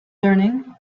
learning